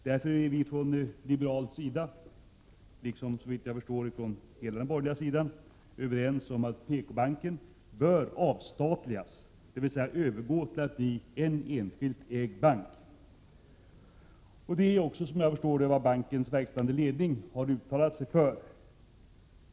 Vi är från liberal sida liksom, såvitt jag förstår, från hela den borgerliga sidan överens om att PKbanken bör avstatligas, dvs. övergå till att bli en enskilt ägd bank. Det är också, såvitt jag förstår, vad bankens verkställande ledning har uttalat sig för.